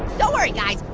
don't worry, guys,